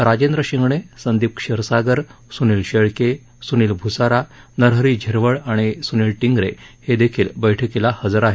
राजेंद्र शिंगणे संदीप क्षिरसागर सुनील शेळके सुनील भुसारा नरहरी झिरवळ आणि सुनील टिंगरे हे देखील बैठकीला हजर आहेत